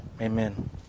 Amen